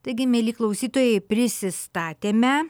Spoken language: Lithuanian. taigi mieli klausytojai prisistatėme